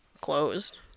closed